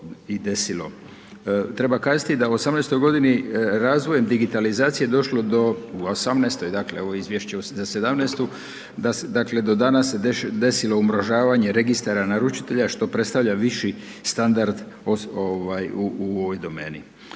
Treba kazati da u 2018. g. razvojem digitalizacije je došlo do, u 2018. dakle, ovo je izvješće za 2017., dakle do danas se desilo umrežavanje registara naručitelja što predstavlja viši standard u ovoj domeni.